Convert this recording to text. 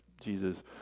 Jesus